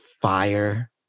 fire